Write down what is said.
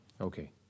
Okay